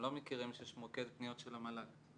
הם לא מכירים שיש מוקד פניות של המל"ג.